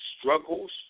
struggles